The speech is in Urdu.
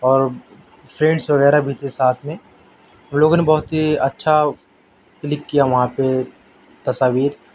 اور فرینڈس وغیرہ بھی کے ساتھ میں ہم لوگوں نے بہت ہی اچھا کلک کیا وہاں پہ تصاویر